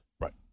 Right